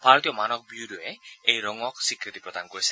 ভাৰতীয় মানৱ ব্যৰ'য়ে এই ৰঙৰ স্বীকৃতি প্ৰদান কৰিছে